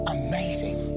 amazing